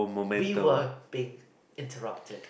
we were being interrupted